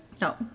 No